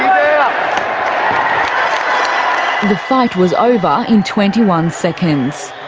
um fight was over in twenty one seconds.